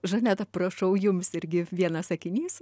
žaneta prašau jums irgi vienas sakinys